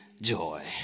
joy